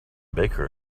baker